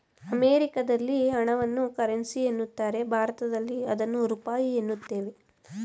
ಅಮೆರಿಕದಲ್ಲಿ ಹಣವನ್ನು ಕರೆನ್ಸಿ ಎನ್ನುತ್ತಾರೆ ಭಾರತದಲ್ಲಿ ಅದನ್ನು ರೂಪಾಯಿ ಎನ್ನುತ್ತೇವೆ